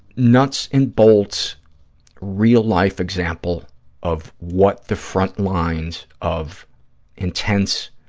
nuts-and-bolts real-life example of what the front lines of intense